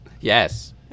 Yes